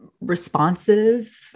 responsive